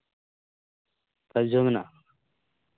five G ᱦᱚᱸ ᱢᱮᱱᱟᱜᱼᱟ